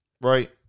right